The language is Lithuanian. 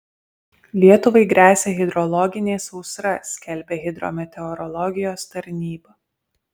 lietuvai gresia hidrologinė sausra skelbia hidrometeorologijos tarnyba